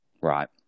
Right